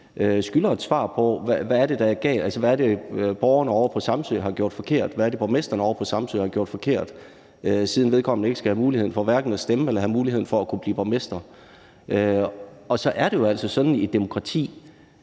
skylder et svar på, hvad det er, borgerne ovre på Samsø har gjort forkert, og hvad det er, borgmesteren ovre på Samsø har gjort forkert, siden vedkommende hverken skal have mulighed for at stemme eller blive borgmester. Og så er det jo altså sådan i et demokrati,